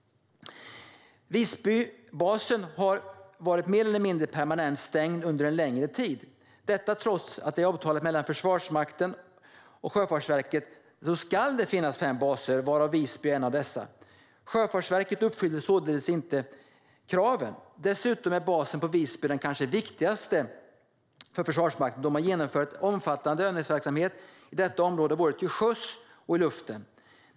Visbybasen har varit mer eller mindre permanent stängd under en längre tid - detta trots att det enligt avtalet mellan Försvarsmakten och Sjöfartsverket ska finnas fem baser, varav Visby är en. Sjöfartsverket uppfyller således inte kraven. Dessutom är Visbybasen den kanske viktigaste för Försvarsmakten, då man genomför en omfattande övningsverksamhet i detta område både till sjöss och i luften.